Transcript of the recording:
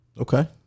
Okay